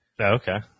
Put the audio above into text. Okay